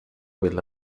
will